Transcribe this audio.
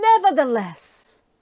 Nevertheless